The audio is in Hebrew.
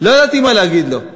לא ידעתי מה להגיד לו.